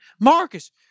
Marcus